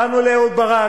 באנו לאהוד ברק,